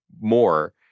more